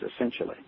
essentially